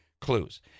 clues